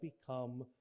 become